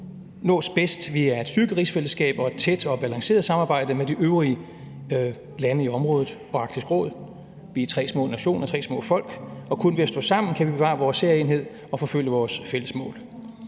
nås bedst ved at styrke rigsfællesskabet og i et tæt og balanceret samarbejde med de øvrige lande i området og Arktisk Råd. Vi er tre små nationer, tre små folk, og kun ved at stå sammen kan vi bevare vores særegenhed og forfølge vores fælles mål.